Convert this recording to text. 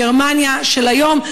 גרמניה של היום,